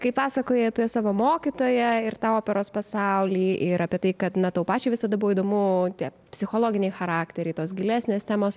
kai pasakojai apie savo mokytoją ir tą operos pasaulį ir apie tai kad na tau pačiai visada buvo įdomu tie psichologiniai charakteriai tos gilesnės temos